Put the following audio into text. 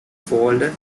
folded